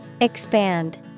Expand